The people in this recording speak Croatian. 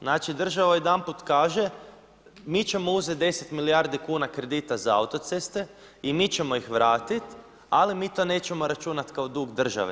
Znači država jedanput kaže mi ćemo uzeti 10 milijardi kuna kredita za autoceste i mi ćemo ih vratiti, ali mi to nećemo računati kao dug države.